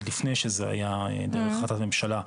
עוד לפני שזה היה בהחלטת הממשלה,